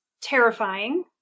terrifying